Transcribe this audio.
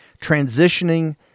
transitioning